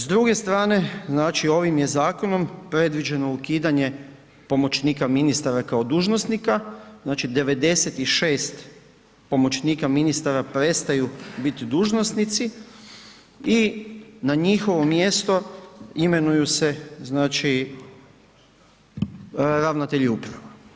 S druge strane znači ovim je zakonom predviđeno ukidanje pomoćnika ministara kao dužnosnika, znači 96 pomoćnika ministara prestaju biti dužnosnici i na njihovo mjesto imenuju se znači ravnatelji uprava.